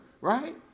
right